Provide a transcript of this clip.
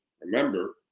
remember